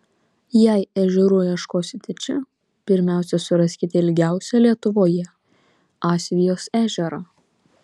jei ežerų ieškosite čia pirmiausia suraskite ilgiausią lietuvoje asvejos ežerą